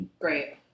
Great